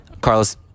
Carlos